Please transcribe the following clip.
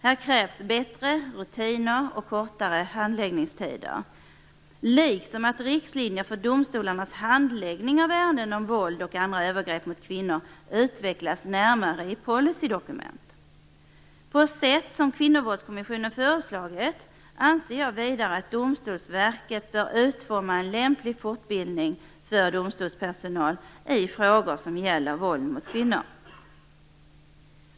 Här krävs bättre rutiner och kortare handläggningstider, liksom att riktlinjer för domstolarnas handläggning av ärenden om våld och andra övergrepp mot kvinnor utvecklas närmare i policydokument. På sätt som Kvinnovåldskommissionen föreslagit anser jag vidare att domstolsverket bör utforma en lämplig fortbildning för domstolspersonal i frågor som gäller våld mot kvinnor.